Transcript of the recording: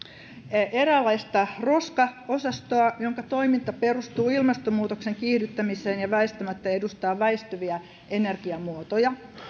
eräänlaista roskaosastoa jonka toiminta perustuu ilmastonmuutoksen kiihdyttämiseen ja väistämättä edustaa väistyviä energiamuotoja